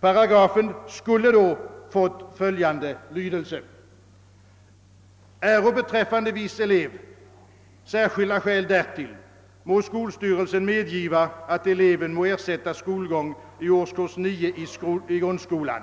Paragrafen skulle då ha fått följande lydelse: Äro beträffande viss elev särskilda skäl därtill må skolstyrelsen medgiva, att eleven må ersätta skolgång i årskurs 9 i grundskolan